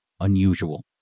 unusual